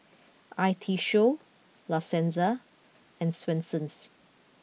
I T Show La Senza and Swensens